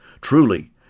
Truly